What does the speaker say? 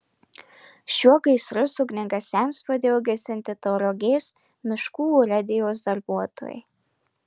šiuo gaisrus ugniagesiams padėjo gesinti tauragės miškų urėdijos darbuotojai